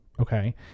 Okay